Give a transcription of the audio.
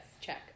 Check